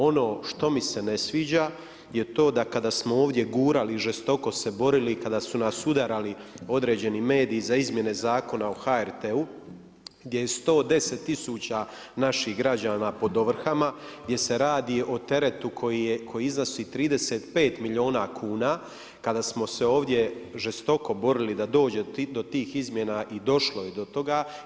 Ono što mi se ne sviđa je to da kada smo ovdje gurali, žestoko se borili, kada su nas udarali određeni mediji za izmjene Zakona o HRT-u gdje je 110 tisuća naših građana pod ovrhama, gdje se radi o teretu koji iznosi 35 milijuna kuna kada smo se ovdje žestoko borili da dođe do tih izmjena i došlo je do toga.